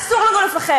אסור לנו לפחד.